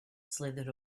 slithered